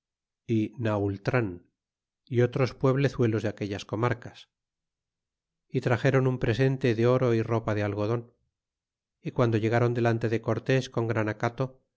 naultran y otros pueblezuelos de aquellas comarcas y traxéron un presente de oro y ropa de algodon y guando llegron delante de cortés con gran acato